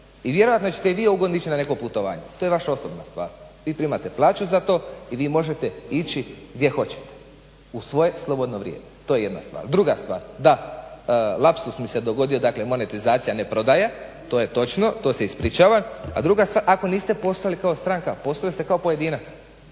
I vjerojatno ćete vi ove godine ići na neko putovanje, to je vaša osobna stvar. Vi primate plaću za to, i vi možete ići gdje hoćete u svoje slobodno vrijeme, to je jedna stvar. Druga stvar, da lapsus mi se dogodio, dakle monetizacija ne prodaja, to je točno, to se ispričavam, a druga stvar ako niste postojali kao stranka, postojali ste kao pojedinac,